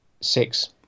Six